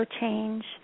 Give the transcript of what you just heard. change